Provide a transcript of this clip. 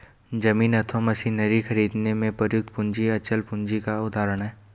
जमीन अथवा मशीनरी खरीदने में प्रयुक्त पूंजी अचल पूंजी का उदाहरण है